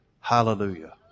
Hallelujah